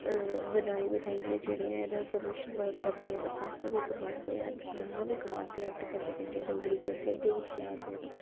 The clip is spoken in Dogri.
बनाई बनाइयै जेह्ड़े हैन कमर्शल वर्क करदे हैन पैसा बी कमांदे हैन नांऽ बी कमांदे हैन ते कन्नै कन्नै डोगरी गी अग्गें अग्गें बी चला दे न